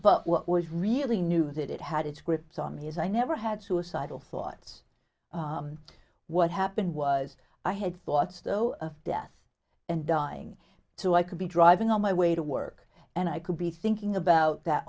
but what was really knew that it had its grips on me is i never had suicidal thoughts what happened was i had thoughts though of death and dying so i could be driving on my way to work and i could be thinking about that